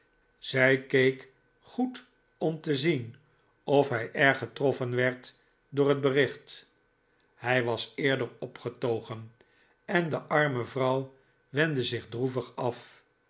zij keek goed om te zien of hij erg getroffen werd door het bericht hij was eerder opgetogen en de arme vrouw wendde zich droevig af